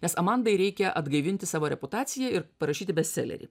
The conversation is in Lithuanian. nes amandai reikia atgaivinti savo reputaciją ir parašyti bestselerį